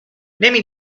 نمی